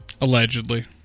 Allegedly